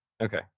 Okay